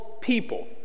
people